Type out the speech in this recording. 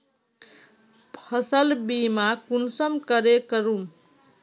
फसल बीमा कुंसम करे करूम?